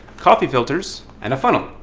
coffee filters, and a funnel.